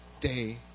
day